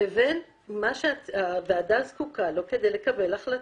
לבין מה שהוועד זקוקה לו כדי לקבל החלטה.